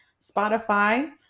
Spotify